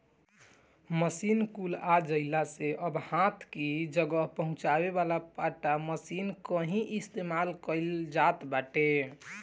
machine कुल आ जइला से अब हाथ कि जगह पहुंचावे वाला पट्टा मशीन कअ ही इस्तेमाल कइल जात बाटे